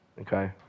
Okay